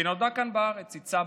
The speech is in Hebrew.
שנולדה כאן בארץ, היא צברית,